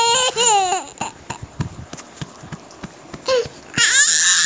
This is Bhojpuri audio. अचल पूंजी उ धन ह जावना से व्यवसाय के संपत्ति खरीदल जा सके